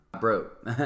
broke